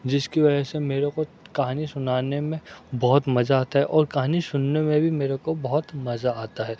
جس کی وجہ سے میرے کو کہانی سنانے میں بہت مزہ آتا ہے اور کہانی سننے میں بھی میرے کو بہت مزہ آتا ہے